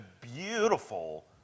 beautiful